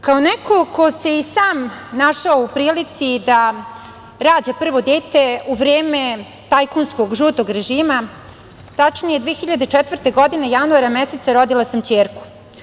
Kao neko, ko se i sam našao u prilici da rađa prvo dete u vreme tajkunskog žutog režima, tačnije 2004. godine, januara meseca rodila sam ćerku.